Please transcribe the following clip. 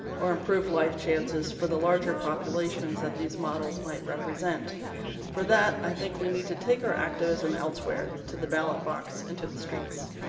or improved life chances for the larger populations that these models might represent for that i think we need to take our activism elsewhere to the ballot box into the streets.